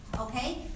Okay